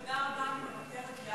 תודה רבה, אני מוותרת.